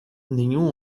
nenhum